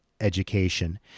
education